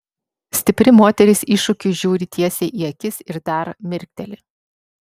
stipri moteris iššūkiui žiūri tiesiai į akis ir dar mirkteli